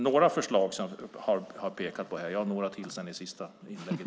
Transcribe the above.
Jag har pekat på några förslag, och jag har några till i sista inlägget.